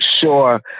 Sure